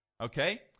okay